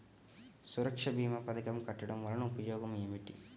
సురక్ష భీమా పథకం కట్టడం వలన ఉపయోగం ఏమిటి?